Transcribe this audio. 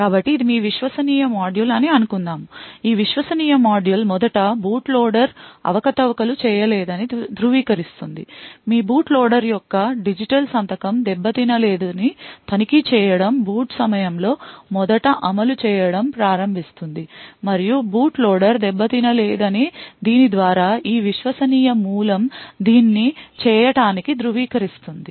కాబట్టి ఇది మీ విశ్వసనీయ మాడ్యూల్ అని అనుకుందాం ఈ విశ్వసనీయ మాడ్యూల్ మొదట బూట్ లోడర్ అవకతవక లు చేయలేదని ధృవీకరిస్తుంది మీ బూట్ లోడర్ యొక్క డిజిటల్ సంతకం దెబ్బతినలేదని తనిఖీ చేయడం బూట్ సమయంలో మొదట అమలు చేయడం ప్రారంభిస్తుంది మరియు బూట్ లోడర్ దెబ్బతినలేదని దీని ద్వారా ఈ విశ్వసనీయ మూలం దీన్ని చేయటానికి ధృవీకరిస్తుంది